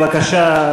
בבקשה,